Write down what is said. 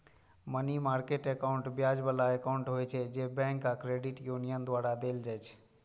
money market account ब्याज बला account होइ छै, जे बैंक आ क्रेडिट यूनियन द्वारा देल जाइ छै